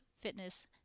Fitness